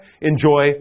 enjoy